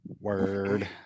Word